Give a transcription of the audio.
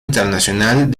internacional